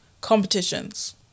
competitions